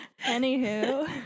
Anywho